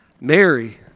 Mary